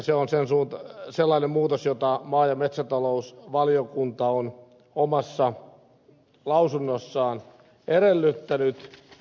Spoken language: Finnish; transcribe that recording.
se on sellainen muutos jota maa ja metsätalousvaliokunta on omassa lausunnossaan edellyttänyt